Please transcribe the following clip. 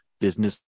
business